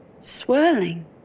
Swirling